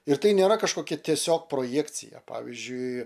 ir tai nėra kažkokia tiesiog projekcija pavyzdžiui